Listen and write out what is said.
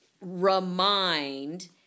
remind